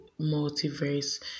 multiverse